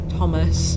Thomas